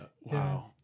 wow